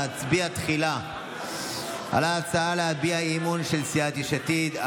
נצביע תחילה על ההצעה של סיעת יש עתיד להביע אי-אמון.